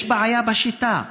יש בעיה בשיטה.